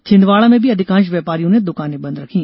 छिंदवाड़ा में भी अधिकांश व्यापारियों ने दुकाने बंद रखी